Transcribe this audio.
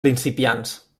principiants